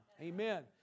amen